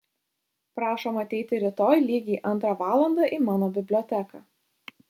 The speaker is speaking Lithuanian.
prašom ateiti rytoj lygiai antrą valandą į mano biblioteką